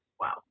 wow